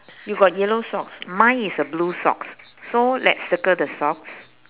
you got yellow socks mine is the blue socks so let's circle the socks